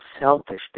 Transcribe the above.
selfish